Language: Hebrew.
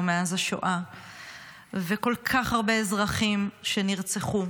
מאז השואה וכל כך הרבה אזרחים שנרצחו,